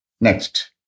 Next